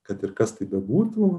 kad ir kas tai bebūtų